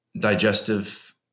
digestive